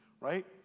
Right